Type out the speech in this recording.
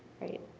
right